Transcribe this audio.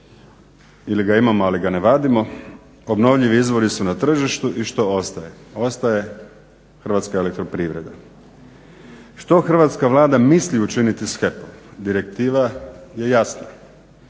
ili ga imamo ali ga ne vadimo. Obnovljivi izvori su na tržištu, i što ostaje? Ostaje Hrvatska elektroprivreda. Što Hrvatska vlada misli učiniti s HEP-om? Direktiva je jasna,